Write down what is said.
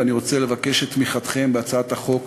ואני רוצה לבקש את תמיכתכם בהצעת החוק